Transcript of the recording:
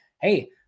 Hey